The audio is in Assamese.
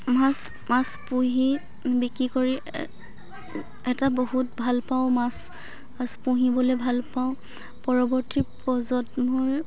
মাছ মাছ পুহি বিক্ৰী কৰি এটা বহুত ভালপাওঁ মাছ মাছ পুহিবলৈ ভালপাওঁ পৰৱৰ্তী প্ৰজন্মৰ